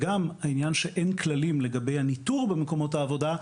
אין גם כללים לגבי הניטור במקומות העבודה.